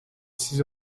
ses